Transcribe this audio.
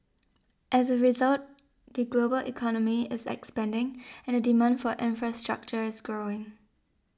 as a result the global economy is expanding and the demand for infrastructure is growing